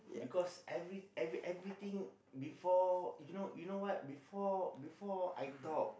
because every every every thing before you know you know what before before I talk